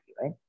right